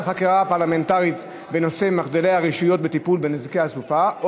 חקירה פרלמנטרית בנושא מחדלי הרשויות בטיפול בנזקי הסופה,